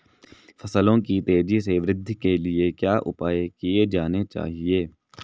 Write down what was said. फसलों की तेज़ी से वृद्धि के लिए क्या उपाय किए जाने चाहिए?